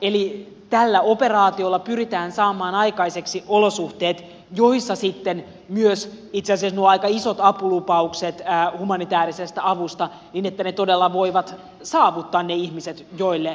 eli tällä operaatiolla pyritään saamaan aikaiseksi olosuhteet joissa sitten myös toteutuvat itse asiassa nuo aika isot apulupaukset humanitäärisestä avusta niin että ne todella voivat saavuttaa ne ihmiset joille apu on tarkoitettu